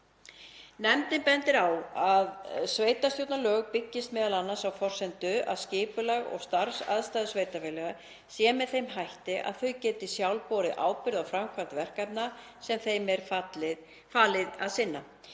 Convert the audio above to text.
Nefndin bendir á að sveitarstjórnarlög byggist m.a. á þeirri forsendu að skipulag og starfsaðstæður sveitarfélaga séu með þeim hætti að þau geti sjálf borið ábyrgð á framkvæmd verkefna sem þeim er falið að sinna.